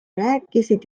rääkisid